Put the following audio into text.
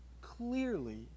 clearly